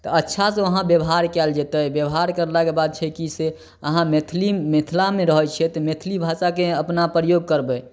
तऽ अच्छासँ वहाँ व्यवहार कयल जेतै व्यवहार करलाके बात की छै से अहाँ मैथिली मिथिलामे रहै छियै तऽ मैथिली भाषाके अपन प्रयोग करबै